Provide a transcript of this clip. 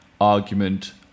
argument